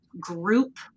group